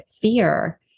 fear